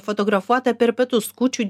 fotografuota per pietus kūčių